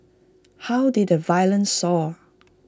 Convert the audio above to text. how did the violence soar